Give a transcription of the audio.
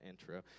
intro